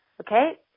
okay